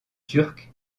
turcs